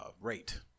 rate